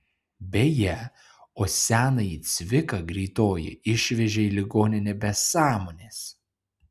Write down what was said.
beje o senąjį cviką greitoji išvežė į ligoninę be sąmonės